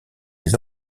les